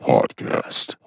Podcast